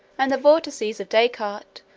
and the vortices of descartes,